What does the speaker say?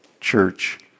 Church